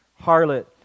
harlot